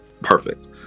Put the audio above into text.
perfect